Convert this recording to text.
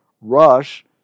Rush